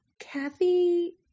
Kathy